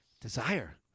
desire